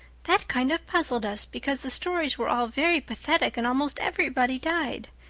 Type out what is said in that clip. that kind of puzzled us because the stories were all very pathetic and almost everybody died.